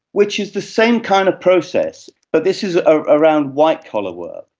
which is the same kind of process but this is around white-collar work.